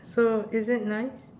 so is it nice